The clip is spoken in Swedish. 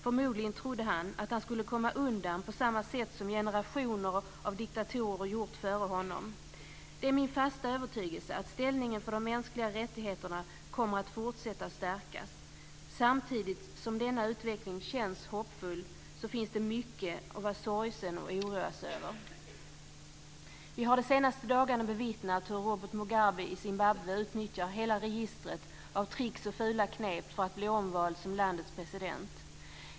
Förmodligen trodde han att han skulle komma undan på samma sätt som generationer av diktatorer har gjort före honom. Det är min fasta övertygelse att ställningen för de mänskliga rättigheterna kommer att fortsätta stärkas. Samtidigt som denna utveckling känns hoppfull finns det mycket att vara sorgsen och oroas över. Vi har de senaste dagarna bevittnat hur Robert Mugabe i Zimbabwe utnyttjar hela registret av tricks och fula knep för att bli omvald som landets president.